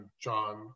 John